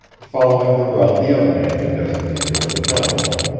following the route the other man had designated over the telephone.